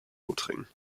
lothringen